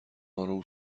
آروم